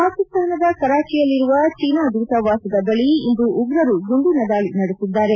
ಪಾಕಿಸ್ತಾನದ ಕರಾಚಿಯಲ್ಲಿರುವ ಚೀನಾ ದೂತಾವಾಸದ ಬಳಿ ಇಂದು ಉಗ್ರರು ಗುಂಡಿನ ದಾಳಿ ನಡೆಸಿದ್ದಾರೆ